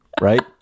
right